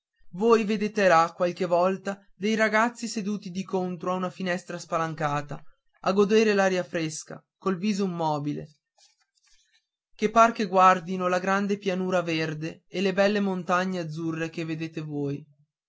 voi vedete là qualche volta dei ragazzi seduti di contro a una finestra spalancata a godere l'aria fresca col viso immobile che par che guardino la grande pianura verde e le belle montagne azzurre che vedete voi